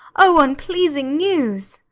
o unpleasing news!